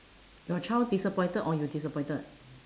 your child disappointed or you disappointed